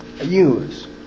use